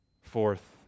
Fourth